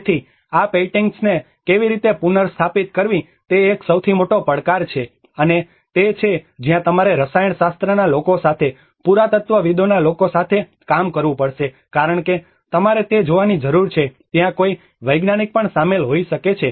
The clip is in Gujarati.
તેથી આ પેઇન્ટિંગ્સને કેવી રીતે પુનર્સ્થાપિત કરવી તે એક સૌથી મોટો પડકાર છે અને તે છે જ્યાં તમારે રસાયણશાસ્ત્રના લોકો સાથે પુરાતત્ત્વવિદોના લોકો સાથે કામ કરવું પડશે કારણ કે તમારે તે જોવાની જરૂર છે કે ત્યાં કોઈ વૈજ્ઞાનિક પણ તેમાં શામેલ હોઈ શકે છે